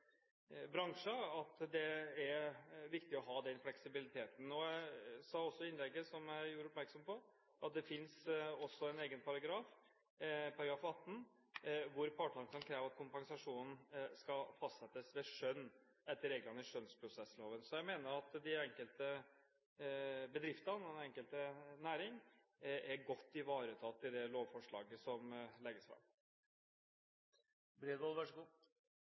at det er viktig å ha denne fleksibiliteten. Jeg sa også i innlegget – og som jeg gjorde oppmerksom på – at det finnes en egen paragraf, § 18, som sier at partene kan kreve at kompensasjon etter § 17 skal fastsettes ved skjønn etter reglene i skjønnsprosessloven. Så jeg mener at de enkelte bedriftene og den enkelte næring er godt ivaretatt i det lovforslaget som legges fram.